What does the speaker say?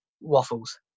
waffles